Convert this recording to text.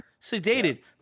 Sedated